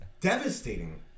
devastating